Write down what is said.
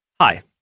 Hi